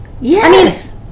Yes